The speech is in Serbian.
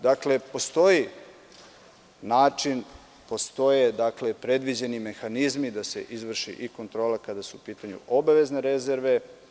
Dakle, postoji način, postoje predviđeni mehanizmi da se izvrši i kontrola kada su u pitanju obavezne rezerve.